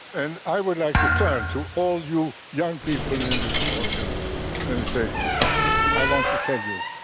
and i would like to turn to all you young people in ah this audience and say i want to tell you,